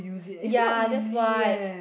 ya that's why